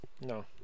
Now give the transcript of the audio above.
no